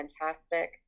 fantastic